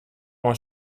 oan